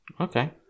Okay